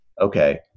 okay